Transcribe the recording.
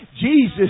Jesus